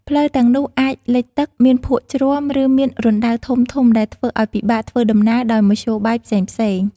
ផ្លូវទាំងនោះអាច លិចទឹក មានភក់ជ្រាំ ឬមានរណ្តៅ ធំៗដែលធ្វើឲ្យពិបាកធ្វើដំណើរដោយមធ្យោបាយផ្សេងៗ។